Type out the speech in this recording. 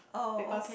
because